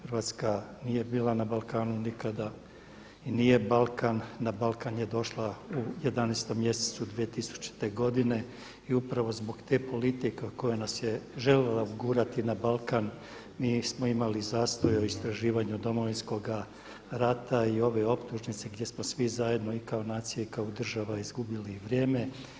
Hrvatska nije bila na Balkanu nikada i nije Balkan, na Balkan je došla u 11. mjesecu 2000. godine i upravo zbog te politike koja nas je željela ugurati na Balkan mi smo imali zastoj u istraživanju Domovinskoga rata i ove optužnice gdje smo svi zajedno i kao nacija i kao država izgubili vrijeme.